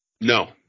No